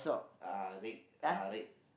uh red uh red